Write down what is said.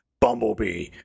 Bumblebee